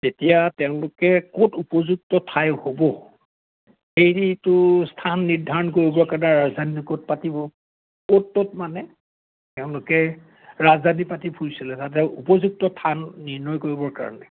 তেতিয়া তেওঁলোকে ক'ত উপযুক্ত ঠাই হ'ব সেইটো স্থান নিৰ্ধাৰণ কৰিবৰ কাৰণে ৰাজধানী ক'ত পাতিব অ'ত ত'ত মানে তেওঁলোকে ৰাজধানী পাতি ফুৰিছিলে তাতে উপযুক্ত থান নিৰ্ণয় কৰিবৰ কাৰণে